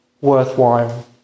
worthwhile